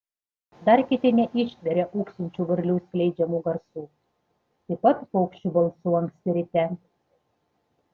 dar kiti neištveria ūksinčių varlių skleidžiamų garsų taip pat paukščių balsų anksti ryte